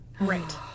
Right